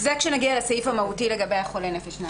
נעלה את זה כשנגיע לסעיף המהותי לגבי חולה הנפש.